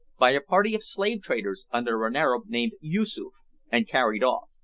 by a party of slave-traders, under an arab named yoosoof and carried off.